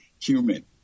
human